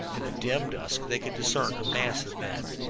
in the dim dusk, they could discern a mass of men,